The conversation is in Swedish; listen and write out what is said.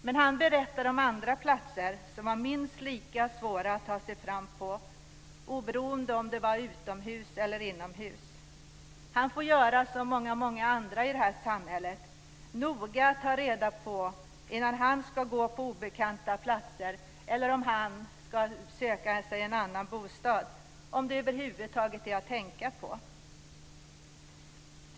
Men han berättade om andra platser som var minst lika svåra att ta sig fram på, oberoende av om det var utomhus eller inomhus. Han får göra som många andra i det här samhället, noga ta reda på om det över huvud taget är att tänka på innan han ska gå på obekanta platser eller om han ska söka sig en annan bostad. Herr talman!